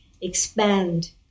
expand